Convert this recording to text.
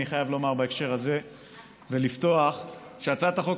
אני חייב לפתוח ולומר בהקשר הזה שהצעת החוק